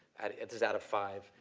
it's it's out of five,